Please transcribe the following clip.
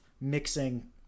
mixing